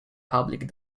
public